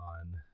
on